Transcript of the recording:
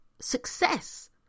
success